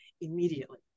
immediately